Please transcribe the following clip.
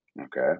okay